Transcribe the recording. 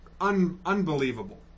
unbelievable